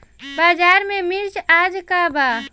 बाजार में मिर्च आज का बा?